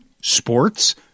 sports